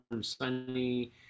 sunny